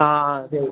ആ ആ ശരി